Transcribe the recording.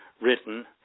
written